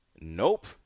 Nope